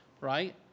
right